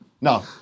No